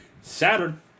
Saturn